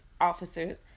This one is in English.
officers